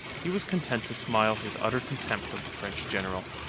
he was content to smile his utter contempt of the french general.